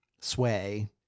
sway